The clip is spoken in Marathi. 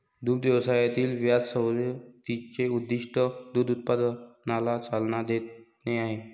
दुग्ध व्यवसायातील व्याज सवलतीचे उद्दीष्ट दूध उत्पादनाला चालना देणे आहे